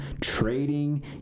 trading